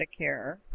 Medicare